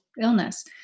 illness